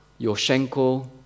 Yoshenko